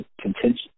contention